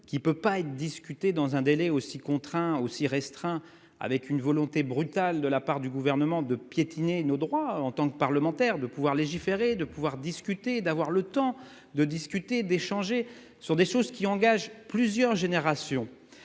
qui peut pas être discutée dans un délai aussi contraint aussi restreint avec une volonté brutale de la part du gouvernement de piétiner nos droits en tant que parlementaire de pouvoir légiférer, de pouvoir discuter d'avoir le temps de discuter, d'échanger sur des choses qui engage plusieurs générations.